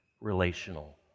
relational